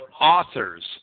authors